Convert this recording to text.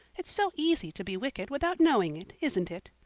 it's so easy to be wicked without knowing it, isn't it?